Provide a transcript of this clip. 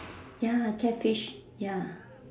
ya catfish ya